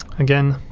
again,